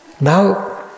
Now